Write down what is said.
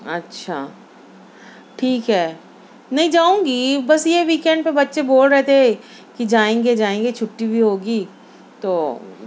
اچھا ٹھیک ہے نہیں جاؤں گی بس یہ ویکینڈ پہ بچے بول رہے تھے کہ جائیں گے جائیں گے چھٹی بھی ہوگی تو